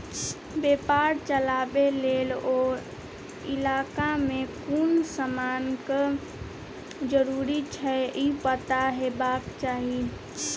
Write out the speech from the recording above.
बेपार चलाबे लेल ओ इलाका में कुन समानक जरूरी छै ई पता हेबाक चाही